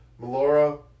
Melora